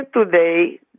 today